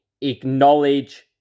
acknowledge